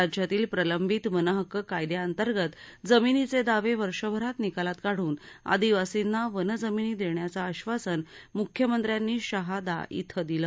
राज्यातील प्रलंबीत वनहक्क कायद्या अंतर्गत जमिनीचे दावे वर्षभरात निकालात काढून आदिवासींना वनजमीनी देण्याचं आश्वासन मुख्यमंत्र्यांनी शहादा इथं दिलं